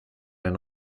den